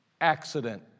accident